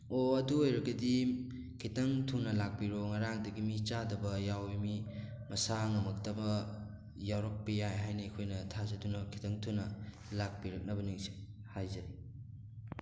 ꯑꯗꯨ ꯑꯣꯏꯔꯒꯗꯤ ꯈꯤꯇꯪ ꯊꯨꯅ ꯂꯥꯛꯄꯤꯔꯣ ꯉꯔꯥꯡꯗꯒꯤ ꯃꯤ ꯆꯥꯗꯕ ꯌꯥꯎꯋꯤ ꯃꯤ ꯃꯁꯥ ꯉꯝꯃꯛꯇꯕ ꯌꯥꯎꯔꯛꯄ ꯌꯥꯏ ꯍꯥꯏꯅ ꯑꯩꯈꯣꯏꯅ ꯊꯥꯖꯗꯨꯅ ꯈꯤꯇꯪ ꯊꯨꯅ ꯂꯥꯛꯄꯤꯔꯛꯅꯕ ꯅꯤꯡꯁꯤꯡ ꯍꯥꯏꯖꯔꯤ